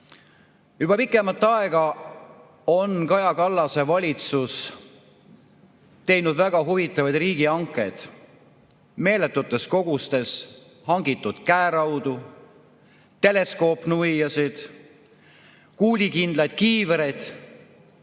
Juba pikemat aega on Kaja Kallase valitsus teinud väga huvitavaid riigihankeid. Meeletutes kogustes on hangitud käeraudu, teleskoopnuiasid, kuulikindlaid kiivreid.